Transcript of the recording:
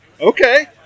okay